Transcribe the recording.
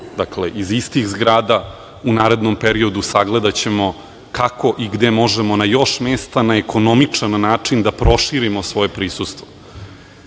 dakle, iz istih zgrada. U narednom periodu sagledaćemo kako i gde možemo na još mesta, na ekonomičan način da proširimo svoje prisustvo. Hoću